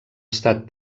estat